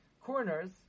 corners